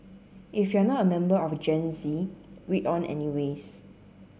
if you're not a member of Gen Z read on anyways